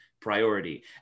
priority